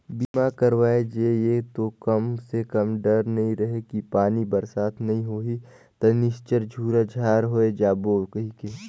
बीमा करवाय जे ये तो कम से कम डर नइ रहें कि पानी बरसात नइ होही त निच्चर झूरा झार होय जाबो कहिके